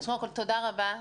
תודה רבה.